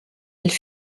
elles